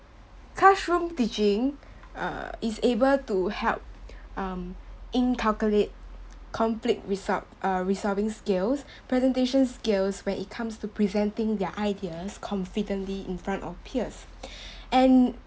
classroom teaching err is able to help um in calculate complete resort~ uh resolving skills presentation skills when in comes to presenting their ideas confidently in front of peers and